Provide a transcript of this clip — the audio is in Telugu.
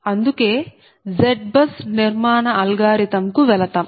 అందుకే ZBUS నిర్మాణ అల్గోరిథం కు వెళతాం